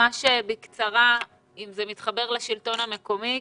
ממש בקצרה אם זה מתחבר לשלטון המקומי,